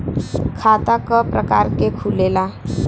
खाता क प्रकार के खुलेला?